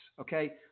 Okay